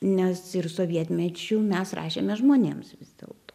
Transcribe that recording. nes ir sovietmečiu mes rašėme žmonėms vis dėlto